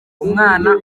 umwaka